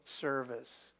service